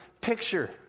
picture